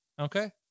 okay